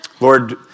Lord